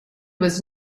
was